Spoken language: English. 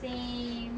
same